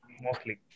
mostly